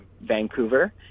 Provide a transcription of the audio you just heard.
Vancouver